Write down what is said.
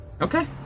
Okay